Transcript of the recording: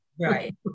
right